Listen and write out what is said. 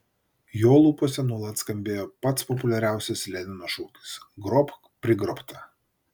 jo lūpose nuolat skambėjo pats populiariausias lenino šūkis grobk prigrobtą